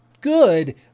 good